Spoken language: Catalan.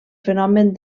fenomen